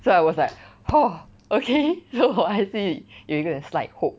so I was like 我还是有一个 slight hope